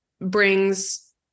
brings